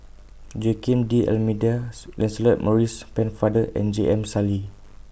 Joaquim D'Almeidas Lancelot Maurice Pennefather and J M Sali